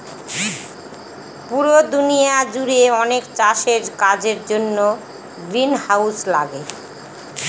পুরো দুনিয়া জুড়ে অনেক চাষের কাজের জন্য গ্রিনহাউস লাগে